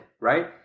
Right